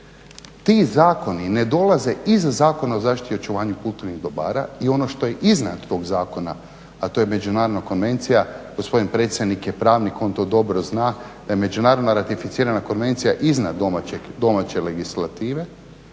ti zakoni ne dolaze iz Zakona o zaštiti i očuvanju kulturnih dobara i ono što je iznad tog zakona, a to je Međunarodna konvencija gospodin predsjednik je pravnik on to dobro zna da je Međunarodna ratificirana konvencija izvan domaće legislative,